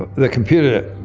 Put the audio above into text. the computer,